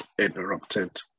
interrupted